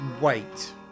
wait